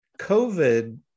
COVID